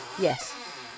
Yes